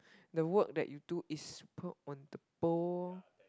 the work that you do is put on the bowl